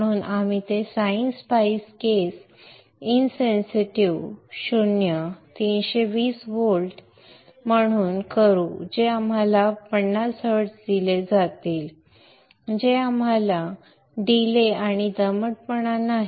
म्हणून आपण ते sine spice case in sensitive 0 320 volts म्हणून करू जे आम्हाला 50 हर्ट्झ दिले आहे जे आम्हाला डिले आणि दमटपणा नाही